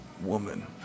woman